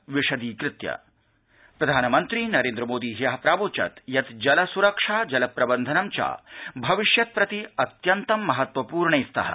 प्रधानमन्त्री नरेन्द्रमोदी प्रधानमन्त्री नरेन्द्र मोदी ह्य प्रावोचत् यत् जलसुरक्षा जलप्रबन्धनं च भविष्यत् प्रति अत्यन्तं महत्वपूर्णे स्तः